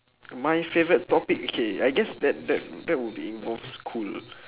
my favourite topic K I guess that that that would be involve school